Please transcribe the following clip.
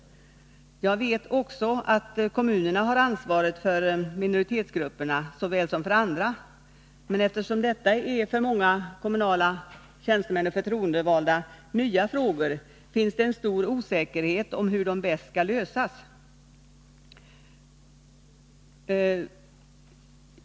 Jag vet också att kommunerna har ansvaret för minoritetsgrupperna lika väl som för andra, men eftersom detta för många kommunala tjänstemän och förtroendevalda är nya frågor, finns det en stor osäkerhet om hur de bäst skall lösas.